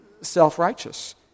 self-righteous